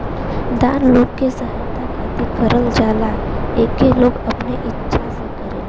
दान लोग के सहायता खातिर करल जाला एके लोग अपने इच्छा से करेलन